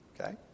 Okay